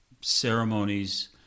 ceremonies